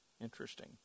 Interesting